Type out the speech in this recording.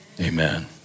Amen